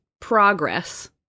progress